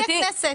בלי הכנסת.